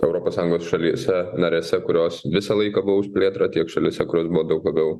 europos sąjungos šalyse narėse kurios visą laiką buvo už plėtrą tiek šalyse kurio daug labiau